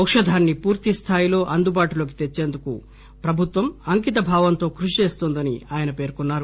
ఔషధాన్ని పూర్తిస్థాయిలో అందుబాటులోకి తెచ్చేందుకు ప్రభుత్వం అంకిత భావంతో కృషి చేస్తోందని అయన పేర్కొన్నారు